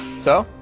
so,